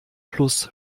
plus